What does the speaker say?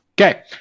Okay